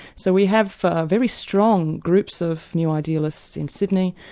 so we have very strong groups of new idealists in sydney,